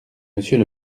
monsieur